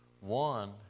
One